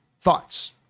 thoughts